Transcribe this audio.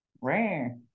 rare